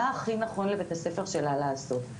מה הכי נכון לבית הספר שלה לעשות.